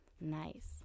Nice